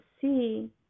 see